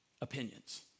opinions